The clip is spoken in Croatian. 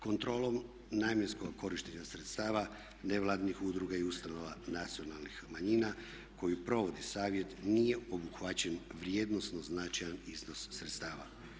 Kontrolom namjenskog korištenja sredstava nevladinih udruga i ustanova nacionalnih manjina koji provode savjet nije obuhvaćen vrijednosno značajan iznos sredstava.